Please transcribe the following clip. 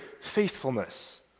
faithfulness